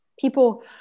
People